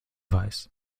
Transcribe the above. weiß